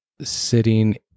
sitting